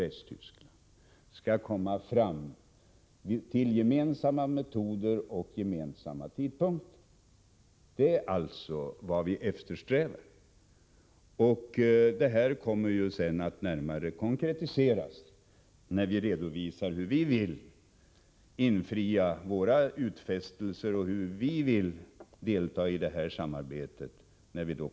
Västtyskland, skall komma fram till gemensamma metoder och gemensamma tidpunkter. Det är vad vi eftersträvar, och det kommer att närmare konkretiseras när vi i aktionsplanen redovisar hur vi vill infria våra utfästelser och hur vi vill delta i samarbetet.